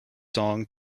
song